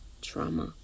trauma